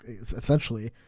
essentially